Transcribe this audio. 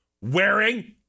wearing